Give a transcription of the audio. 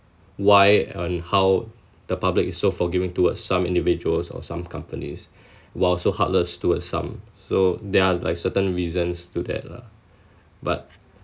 why and how the public is so forgiving towards some individuals or some companies while so heartless towards some so there're like certain reasons to that lah but